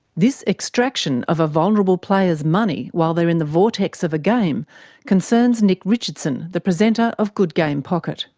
this extraction of a vulnerable player's money while they're in the vortex of a game concerns nich richardson, the presenter of good game pocket.